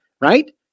right